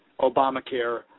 Obamacare